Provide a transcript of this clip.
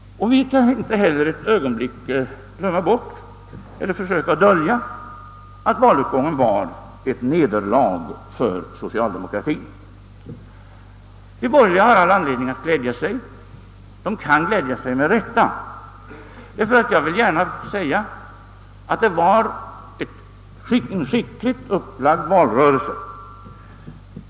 Vi skall inte heller ett ögonblick vare sig glömma bort eller försöka dölja att valutgången innebar ett nederlag för socialdemokratien. De borgerliga har all anledning att glädja sig. De kan glädja sig med rätta, ty det var en skickligt upplagd valrörelse.